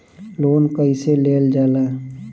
Loan कईसे लेल जाला?